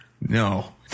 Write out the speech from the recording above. No